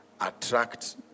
attract